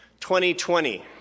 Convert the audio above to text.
2020